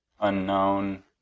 unknown